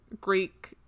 Greek